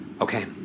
Okay